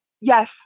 yes